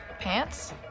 pants